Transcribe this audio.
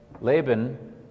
Laban